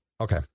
Okay